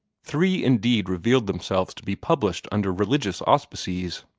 three indeed revealed themselves to be published under religious auspices.